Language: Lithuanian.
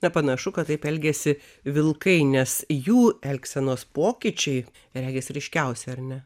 nepanašu kad taip elgiasi vilkai nes jų elgsenos pokyčiai regis ryškiausi ar ne